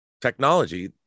technology